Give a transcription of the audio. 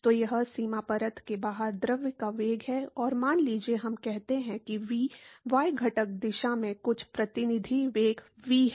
तो यह सीमा परत के बाहर द्रव का वेग है और मान लीजिए हम कहते हैं कि V y घटक दिशा में कुछ प्रतिनिधि वेग v है